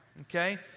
Okay